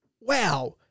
wow